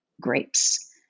grapes